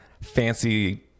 fancy